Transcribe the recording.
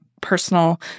personal